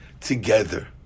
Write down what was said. together